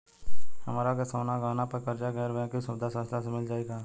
हमरा के सोना गहना पर कर्जा गैर बैंकिंग सुविधा संस्था से मिल जाई का?